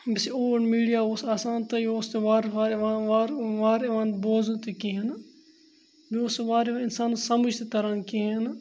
یُس یہِ old media اوس آسان تہٕ یہِ اوس تہِ وارٕ یِوان بوزنہٕ تہِ کِہیٖنۍ نہٕ بیٚیہِ اوس سُہ واریاہ اِنسانَس سَمٕجھ تہِ تَران کِہیٖنۍ نہٕ